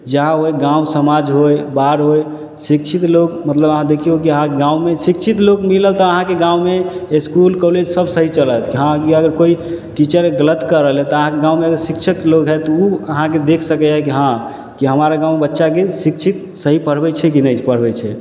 जहाँ ओ गाँव समाज होइ बाहर होइ शिक्षित लोक मतलब अहाँ देखिऔ कि अहाँके गाँवमे शिक्षित लोक मिलल तऽ अहाँके गाँवमे इसकुल कॉलेज सब सही चलत यहाँके कोइ टीचर आर गलत कऽ रहलै तऽ अहाँके गाँवमे अगर शिक्षित लोक हइ तऽ ओ अहाँके देखि सकै हइ कि हँ कि हमर गाँव बच्चाके शिक्षित सही पढ़बै छै कि नहि पढ़बै छै